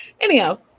Anyhow